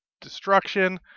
destruction